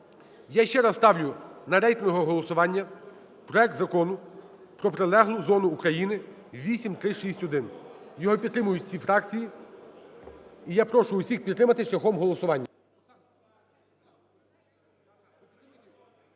Я ще раз ставлю на рейтингове голосування проект Закону про прилеглу зону України (8361). Його підтримують усі фракції. І я прошу всіх підтримати шляхом голосування.